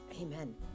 Amen